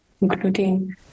including